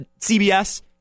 CBS